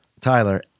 Tyler